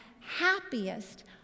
happiest